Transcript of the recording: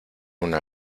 una